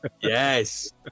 yes